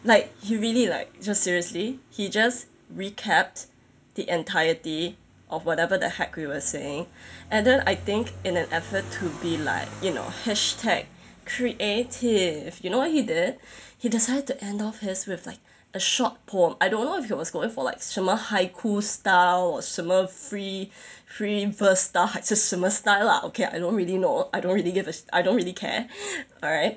like he really like so seriously he just recapped the entirety of whatever the heck we were saying and then I think in an effort to be like you know hashtag creative you know what he did he decided to end off his with like a short poem I don't know if he was going for like 什么 haiku style or 什么 free free verse style 还是什么 style lah okay I don't really know I don't really give a I don't really care alright